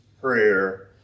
prayer